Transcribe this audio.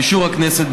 לאישור הכנסת,